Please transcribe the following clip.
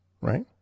right